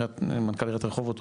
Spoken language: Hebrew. מנכל עריית רחובות,